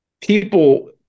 people